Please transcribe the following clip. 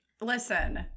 Listen